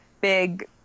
big